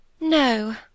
No